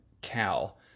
Cal